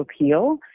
appeal